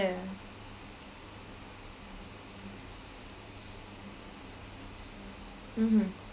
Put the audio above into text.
mmhmm